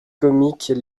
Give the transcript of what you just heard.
comiques